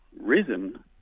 risen